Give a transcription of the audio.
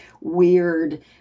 weird